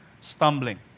stumbling